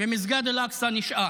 ומסגד אל-אקצא נשאר.